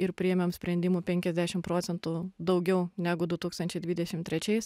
ir priėmėm sprendimų penkiasdešim procentų daugiau negu du tūkstančiai dvidešim trečiais